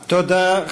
תודה.